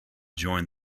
join